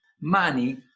money